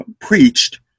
preached